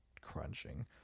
crunching